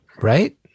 Right